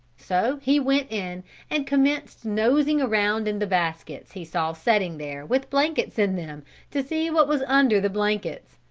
so he went in and commenced nosing around in the baskets he saw setting there with blankets in them to see what was under the blankets.